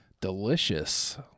Delicious